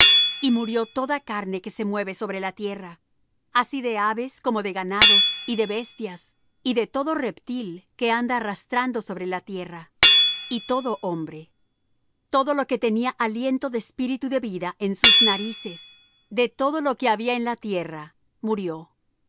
y murió toda carne que se mueve sobre la tierra así de aves como de ganados y de bestias y de todo reptil que anda arrastrando sobre la tierra y todo hombre todo lo que tenía aliento de espíritu de vida en sus narices de todo lo que había en la tierra murió